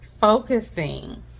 focusing